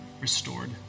restored